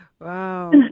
wow